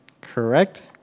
Correct